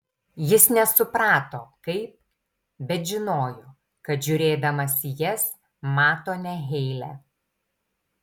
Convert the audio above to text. jis nesuprato kaip bet žinojo kad žiūrėdamas į jas mato ne heilę